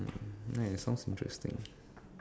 right sounds interesting